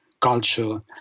culture